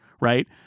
right